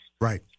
Right